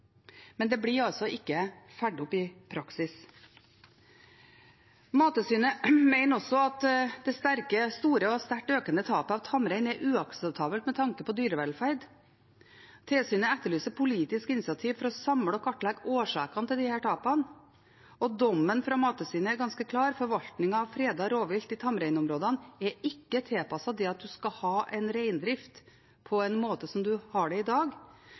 men det blir altså ikke fulgt opp i praksis. Mattilsynet mener også at det store og sterkt økende tapet av tamrein er uakseptabelt med tanke på dyrevelferd. Tilsynet etterlyser politiske initiativ for å samle og kartlegge årsakene til disse tapene. Dommen fra Mattilsynet er ganske klar: Forvaltningen av fredet rovvilt i tamreinområdene er ikke tilpasset det å ha reindrift på den måten man har det i dag.